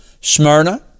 Smyrna